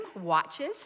watches